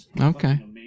Okay